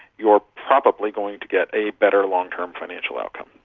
you are probably going to get a better long-term financial outcome.